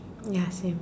ya same